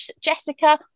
Jessica